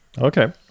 Okay